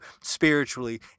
spiritually